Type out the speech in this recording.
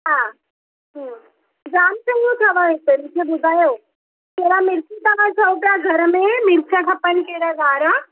हा जाम चङो अथव हिते मूंखे ॿुधायो थोरा मिर्च तव्हां चओ पिया घर में मिर्च खपनि कहिड़ा ॻाढ़ा